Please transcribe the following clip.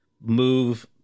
move